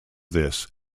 this